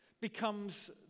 becomes